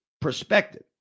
perspective